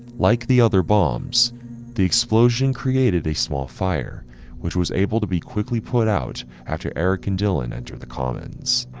like the other bombs the explosion created a small fire which was able to be quickly put out after, eric and dylan enter the commons.